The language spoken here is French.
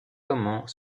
comment